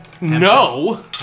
No